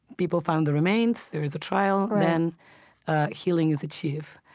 people found the remains, there is a trial, then healing is achieved.